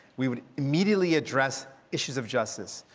we would immediately address issues of justice.